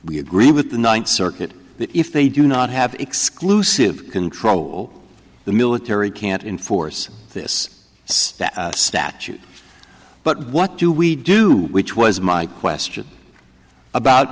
we agree with the ninth circuit that if they do not have exclusive control the military can't enforce this so that statute but what do we do which was my question about